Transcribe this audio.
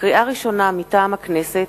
לקריאה ראשונה, מטעם הכנסת: